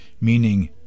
meaning